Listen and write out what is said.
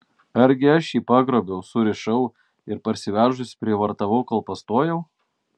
argi aš jį pagrobiau surišau ir parsivežusi prievartavau kol pastojau